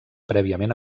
prèviament